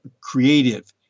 creative